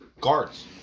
guards